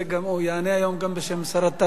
הוא יענה היום גם בשם שר התרבות.